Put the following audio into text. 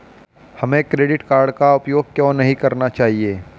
हमें credit card का उपयोग क्यों नहीं करना चाहिए?